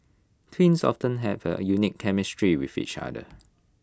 twins often have A unique chemistry with each other